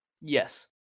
Yes